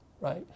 right